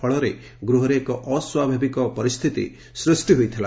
ଫଳରେ ଗୃହରେ ଏକ ଅସ୍ୱାଭାବିକ ପରିସ୍ଥିତି ସୃଷ୍ଟି ହୋଇଥିଲା